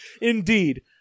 Indeed